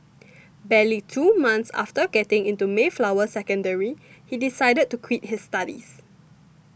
barely two months after getting into Mayflower Secondary he decided to quit his studies